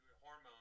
hormones